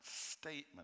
statement